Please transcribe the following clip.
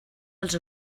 els